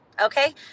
Okay